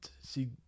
See